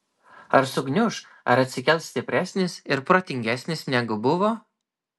ar sugniuš ar atsikels stipresnis ir protingesnis negu buvo